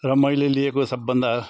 र मैले लिएको सबभन्दा